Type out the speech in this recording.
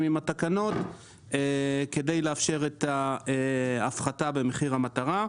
עם התקנות כדי לאפשר את ההפחתה במחיר המטרה.